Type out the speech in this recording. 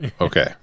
Okay